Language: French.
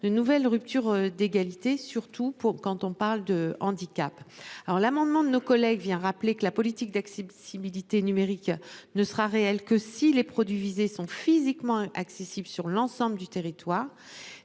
de nouvelle rupture d'égalité surtout pour quand on parle de handicap. Alors l'amendement de nos collègues vient rappeler que la politique d'accessibilité numérique ne sera réelle que si les produits visés sont physiquement accessible sur l'ensemble du territoire.